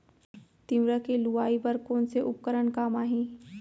तिंवरा के लुआई बर कोन से उपकरण काम आही?